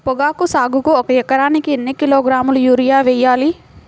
పొగాకు సాగుకు ఒక ఎకరానికి ఎన్ని కిలోగ్రాముల యూరియా వేయాలి?